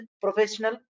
Professional